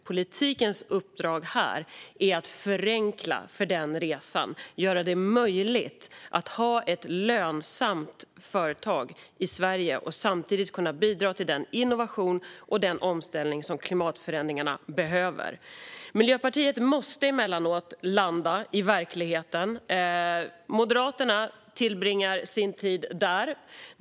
Politikens uppdrag här är att förenkla den resan och göra det möjligt att ha ett lönsamt företag i Sverige och samtidigt bidra till den innovation och den omställning som klimatförändringarna kräver. Miljöpartiet måste emellanåt landa i verkligheten. Moderaterna tillbringar sin tid där.